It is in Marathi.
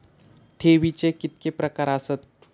ठेवीचे कितके प्रकार आसत?